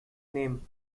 name